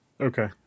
Okay